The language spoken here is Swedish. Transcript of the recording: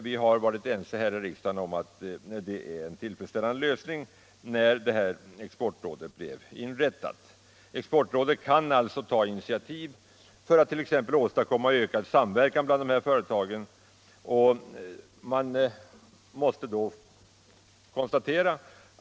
Vi har i riksdagen varit överens om att det innebar en tillfredsställande lösning att inrätta detta exportråd. Exportrådet kan alltså ta initiativ för att t.ex. åstadkomma ökad samverkan mellan dessa företag.